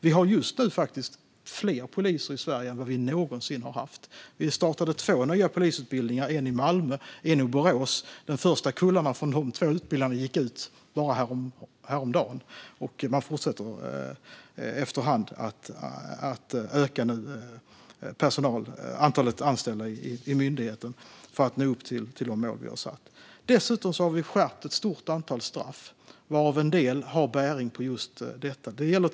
Vi har just nu faktiskt fler poliser i Sverige än vad vi någonsin har haft. Vi startade två nya polisutbildningar, en i Malmö och en i Borås. De första kullarna från dessa två utbildningar gick ut häromdagen, och man fortsätter efter hand att öka antalet anställda i myndigheten för att nå upp till de mål vi har satt upp. Vi har dessutom skärpt ett stort antal straff, varav en del har bäring just här.